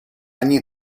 они